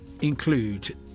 include